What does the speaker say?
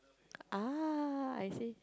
ah I see